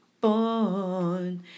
born